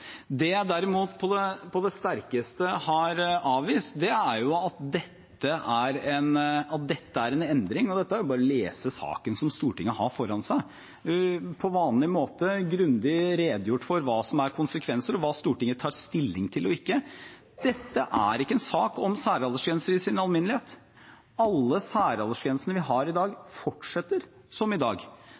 Det jeg derimot på det sterkeste har avvist, er at dette er en endring. Det er bare å lese saken som Stortinget har foran seg. Det er på vanlig måte grundig redegjort for hva som er konsekvenser, og hva Stortinget tar stilling til og ikke. Dette er ikke en sak om særaldersgrenser i sin alminnelighet. Alle særaldersgrensene vi har i dag, fortsetter som i dag.